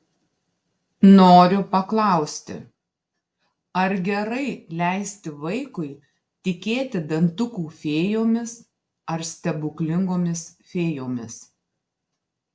noriu paklausti ar gerai leisti vaikui tikėti dantukų fėjomis ar stebuklingomis fėjomis